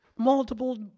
Multiple